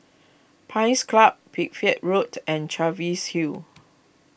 Pines Club Pipit Road and Cheviot Hill